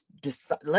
decide